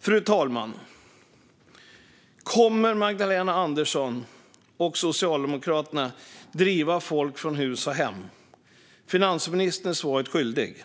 Fru talman! Kommer Magdalena Andersson och Socialdemokraterna att driva folk från hus och hem? Finansministern är svaret skyldig.